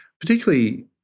particularly